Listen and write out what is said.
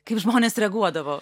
kaip žmonės reaguodavo